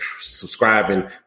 subscribing